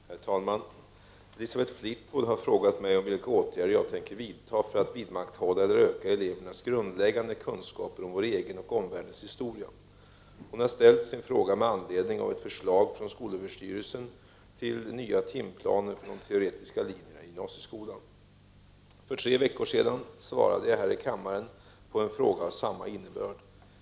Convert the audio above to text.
Herr talman! Elisabeth Fleetwood har frågat mig vilka åtgärder jag tänker vidta för att vidmakthålla eller öka elevernas grundläggande kunskaper om vår egen och omvärldens historia. Hon har ställt sin fråga med anledning av ett förslag från skolöverstyrelsen till nya timplaner för de teoretiska linjerna i gymnasieskolan. För tre veckor sedan svarade jag här i kammaren på en fråga av samma innebörd.